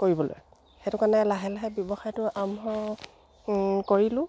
কৰিবলৈ সেইটো কাৰণে লাহে লাহে ব্যৱসায়টো আৰম্ভ কৰিলোঁ